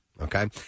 Okay